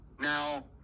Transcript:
Now